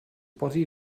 body